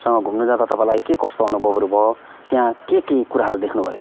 सँग घुम्न जाँदा तपाईँलाई के कस्तो अनुभवहरू भयो त्यहाँ के के कुराहरू देख्नुभयो